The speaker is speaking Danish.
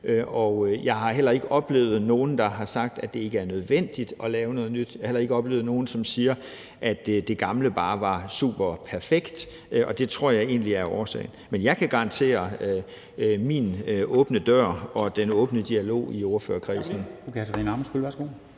Og jeg har heller ikke oplevet nogen, der har sagt, at det ikke er nødvendigt at lave noget nyt. Jeg har heller ikke oplevet nogen, som siger, at det gamle bare var superperfekt, og det tror jeg egentlig er årsagen. Men jeg kan garantere min åbne dør og den åbne dialog i ordførerkredsen.